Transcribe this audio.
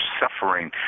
suffering